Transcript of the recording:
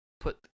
put